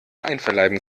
einverleiben